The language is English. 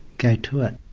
go to it.